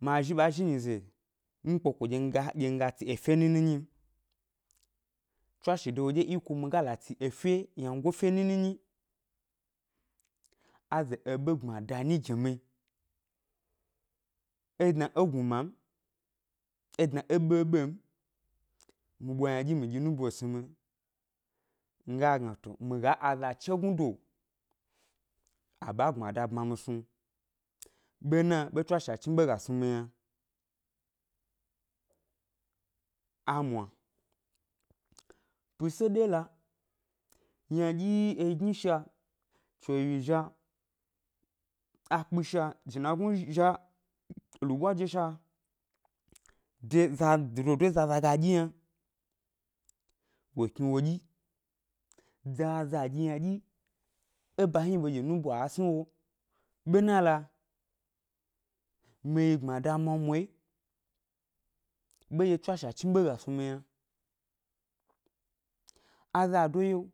Ma zhi ɓa zhi nyize mi kpeko ɗye nga ɗye nga ga tsi efe nini nyi m, tswashe de woɗye iko yi mi ga la tsi efe wyangofe nini nyi, a ze eɓe gbmada nyi gi mi, é dna é gnuma m, é dna é ɓeɓe m, mi ɓwa ynaɗyi mi ɗyi nubo é sni mi, mi ga gna to mi ga aza chegnudo a ɓa gbmada bma mi snu, bena be tswashe a chni ɓe ga snu mi yna a mwa, pise ɗo la, ynaɗyi egni shia, chewyi zhia, akpu shia. jenagnu shia, luɓwa je shia de fa dododo ɗye zaza ga ɗyi yna wo kni wo ɗyi. Zaza ɗyi ynaɗyi e ʻba hni ɓe ge nubo a sni wo, bena loa, mi yi gbmada mwamwayi, ɓeɗye tswashe a chniɓe ga snu mi yna, azado yio,